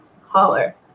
holler